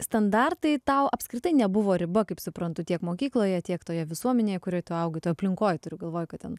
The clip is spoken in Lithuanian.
standartai tau apskritai nebuvo riba kaip suprantu tiek mokykloje tiek toje visuomenėje kurioj tu augai toj aplinkoj turiu galvoj kad ten